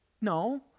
No